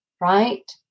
right